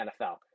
NFL